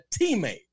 teammate